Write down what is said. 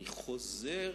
אני חוזר